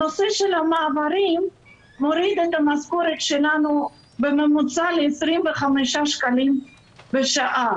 הנושא של המעברים מוריד את המשכורת שלנו בממוצע ל-25 שקלים בשעה